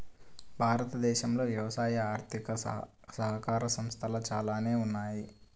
భారతదేశంలో వ్యవసాయ ఆధారిత సహకార సంస్థలు చాలానే ఉన్నాయి